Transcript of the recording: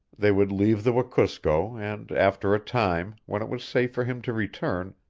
they would leave the wekusko and after a time, when it was safe for him to return,